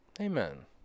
Amen